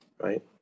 right